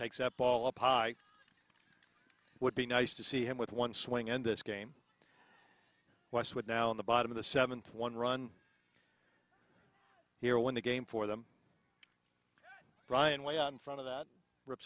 takes up all pious it would be nice to see him with one swing and this game westwood now in the bottom of the seventh one run here win the game for them ryan way out in front of that rip